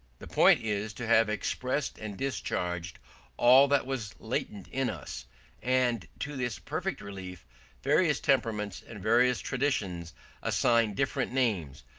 the point is to have expressed and discharged all that was latent in us and to this perfect relief various temperaments and various traditions assign different names,